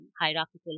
hierarchical